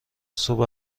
صبح